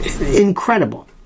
Incredible